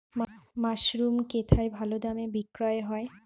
Mushroom কেথায় ভালোদামে বিক্রয় হয়?